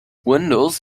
windows